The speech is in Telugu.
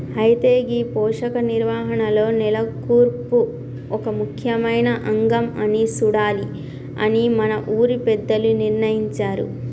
అయితే గీ పోషక నిర్వహణలో నేల కూర్పు ఒక ముఖ్యమైన అంగం అని సూడాలి అని మన ఊరి పెద్దలు నిర్ణయించారు